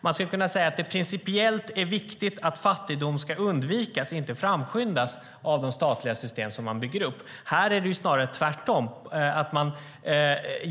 Man skulle kunna säga att det principiellt är viktigt att fattigdom ska undvikas, inte framskyndas, av de statliga system som man bygger upp. Här är det snarare tvärtom.